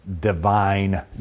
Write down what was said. divine